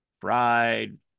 Fried